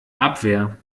abwehr